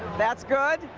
that's good,